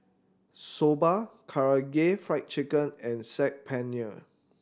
Soba Karaage Fried Chicken and Saag Paneer